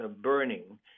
burning